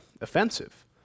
offensive